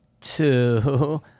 two